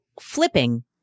flipping